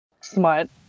smart